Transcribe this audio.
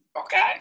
Okay